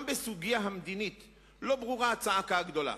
גם בסוגיה המדינית לא ברורה הצעקה הגדולה.